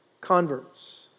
converts